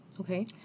Okay